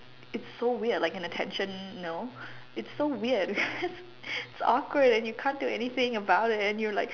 it's so weird like an attention you know it's so weird it's awkward and you can't do anything about it and you're like